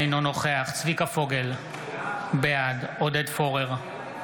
אינו נוכח צביקה פוגל, בעד עודד פורר,